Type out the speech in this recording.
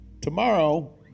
tomorrow